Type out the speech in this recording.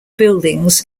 buildings